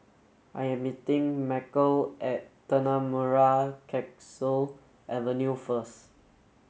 I am meeting Macel at Tanah Merah Kechil Avenue first